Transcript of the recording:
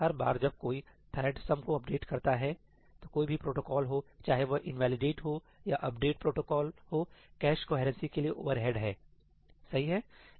हर बार जब कोई थ्रेड सम को अपडेट करता है तो कोई भी प्रोटोकोल हो चाहे वह इनवैलिडेट हो या अपडेट प्रोटोकॉल हो कैश कोहेरेंसी के लिए ओवरहेड है सही है